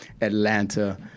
Atlanta